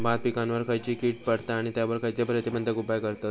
भात पिकांवर खैयची कीड पडता आणि त्यावर खैयचे प्रतिबंधक उपाय करतत?